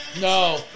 No